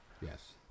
yes